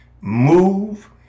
move